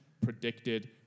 predicted